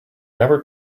never